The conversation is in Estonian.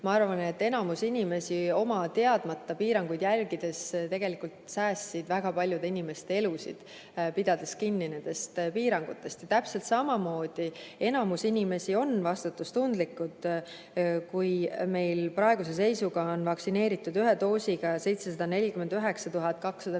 piirangud, enamus inimesi enese teadmata piiranguid järgides tegelikult säästsid väga paljude inimeste elusid, pidades kinni nendest piirangutest. Ja täpselt samamoodi enamus inimesi on [praegu] vastutustundlikud. Kui meil praeguse seisuga on vaktsineeritud ühe doosiga 749 256